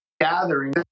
gathering